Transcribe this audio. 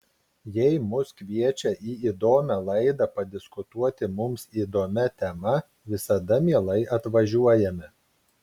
jei mus kviečia į įdomią laidą padiskutuoti mums įdomia tema visada mielai atvažiuojame